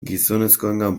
gizonezkoengan